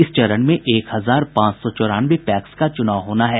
इस चरण में एक हजार पांच सौ चौरानवे पैक्स का चुनाव होना है